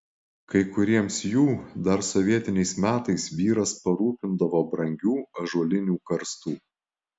kai kuriems jų dar sovietiniais metais vyras parūpindavo brangių ąžuolinių karstų